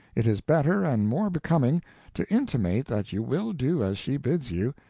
it is better and more becoming to intimate that you will do as she bids you,